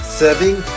serving